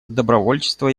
добровольчество